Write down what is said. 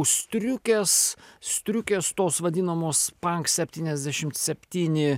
striukės striukės tos vadinamos pank septyniasdešimt septyni